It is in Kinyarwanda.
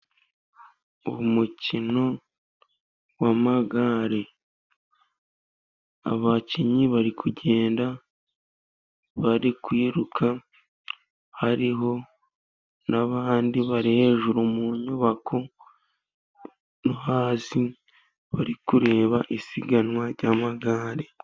Umukino w'amagare abakinnyi bari kugenda bari kwiruka, hariho n'abandi bari hejuru mu nyubako no hasi, bari kureba isiganwa ry'amagare.